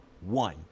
one